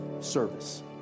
service